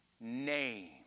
name